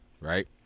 right